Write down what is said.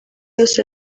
yose